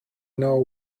know